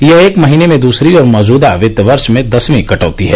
यह एक महीने में दूसरी और मौजूदा वित्त वर्ष में दसवीं कटौती है